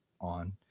on